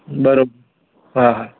બરોબર હા હા